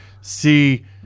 see